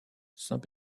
saint